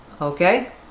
Okay